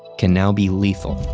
can now be lethal.